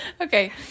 Okay